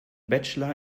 bachelor